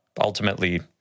ultimately